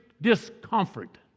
discomfort